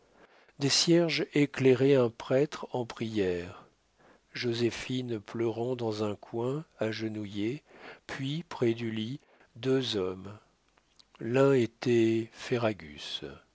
des cierges éclairaient un prêtre en prières joséphine pleurant dans un coin agenouillée puis près du lit deux hommes l'un était ferragus